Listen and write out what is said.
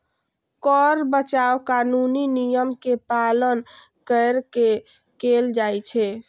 कर बचाव कानूनी नियम के पालन कैर के कैल जाइ छै